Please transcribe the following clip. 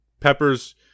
Peppers